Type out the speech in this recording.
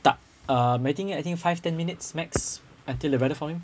tak um I think I think five ten minutes max until the brother found him